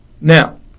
Now